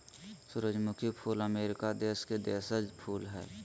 सूरजमुखी फूल अमरीका देश के देशज फूल हइ